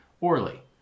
Orly